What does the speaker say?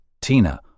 Tina